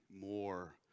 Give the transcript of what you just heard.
more